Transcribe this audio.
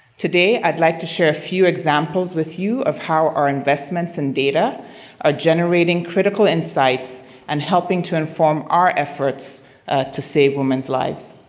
today i'd like to share a few examples with you of how our investments in data are generating critical insights and helping to inform our efforts to save women's lives.